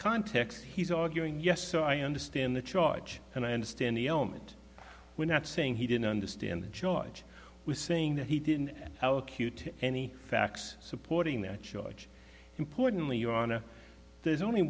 context he's arguing yes so i understand the charge and i understand the element we're not saying he didn't understand the george was saying that he didn't how acute any facts supporting that charge importantly your honor there's only